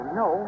no